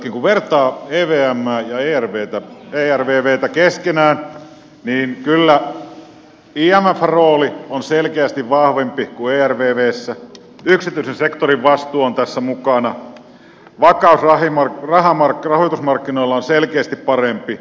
kun vertaa evmää ja ervvtä keskenään niin kyllä imfn rooli on selkeästi vahvempi kuin ervvssä yksityisen sektorin vastuu on tässä mukana vakaus rahoitusmarkkinoilla on selkeästi parempi